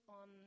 on